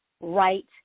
right